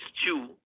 stew